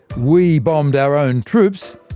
we bombed our own troops,